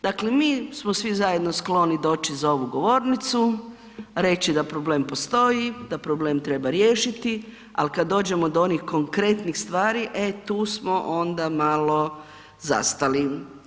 Dakle, mi smo svi zajedno skloni doći za ovu govornicu, reći da problem postoji, da problem treba riješiti, al kad dođemo do onih konkretnih stvari e tu smo onda malo zastali.